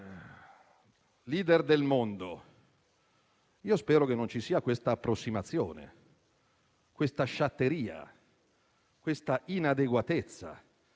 *leader* del mondo, spero che non ci siano quest'approssimazione, questa sciatteria e quest'inadeguatezza,